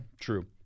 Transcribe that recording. True